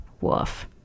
woof